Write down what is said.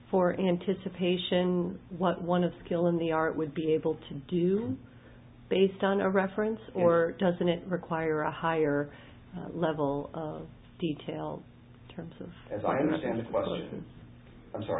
for anticipation what one of skill in the art would be able to do based on a reference or doesn't it require a higher level of detail terms of as i understand the questions i'm sorry